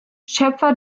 schöpfer